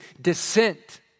descent